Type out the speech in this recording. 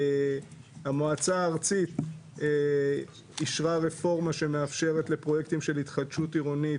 המועצה הארצית אישרה רפורמה שמאפשרת לפרויקטים של התחדשות עירונית,